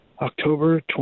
October